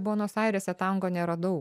buenos airėse tango nėra daug